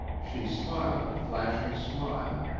she smiled a flashing smile,